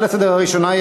לסדר-היום.